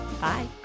Bye